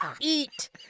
Eat